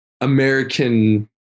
American